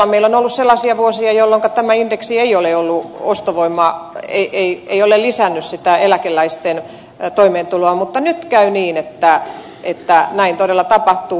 meillä on ollut sellaisia vuosia jolloin tämä indeksi ei ole ostovoimaa ei ei ei ole lisännyt sitä eläkeläisten toimeentuloa mutta nyt käy niin että näin todella tapahtuu